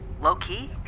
low-key